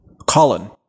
Colin